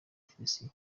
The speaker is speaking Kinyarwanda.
félicien